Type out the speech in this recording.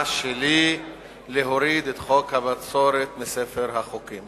שלי להוריד את חוק הבצורת מספר החוקים.